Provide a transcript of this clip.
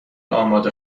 آماده